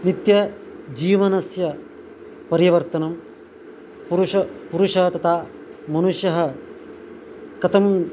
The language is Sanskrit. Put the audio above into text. नित्य जीवनस्य परिवर्तनं पुरुष पुरुषः तथा मनुष्यः कथम्